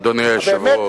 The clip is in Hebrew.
אדוני היושב-ראש,